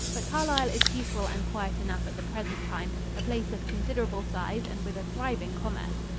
but carlisle is peaceful and quiet enough at the present time, a place of considerable size and with a thriving commerce.